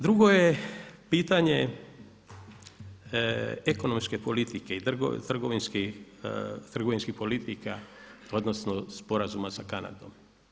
Drugo je pitanje ekonomske politike i trgovinskih politika, odnosno sporazuma sa Kanadom.